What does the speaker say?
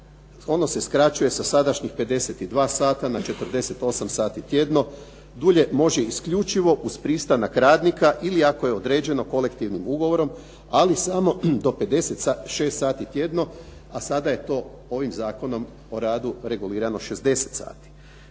Ono se skraćuje sa sadašnjih 52 sata na 48 sati tjedno. Dulje može isključivo uz pristanak radnika ili ako je određeno kolektivnim ugovorom ali samo do 56 sati tjedno a sada je to ovim Zakonom o radu regulirano 60 sati.